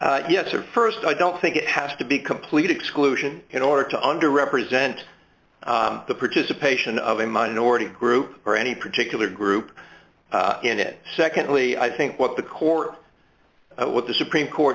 e yes or st i don't think it has to be complete exclusion in order to under represent the participation of a minority group or any particular group in it secondly i think what the core of what the supreme court